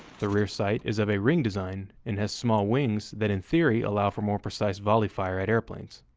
the rear sight is of a ring design, and has small wings that in theory allow for more precise volley fire at airplanes.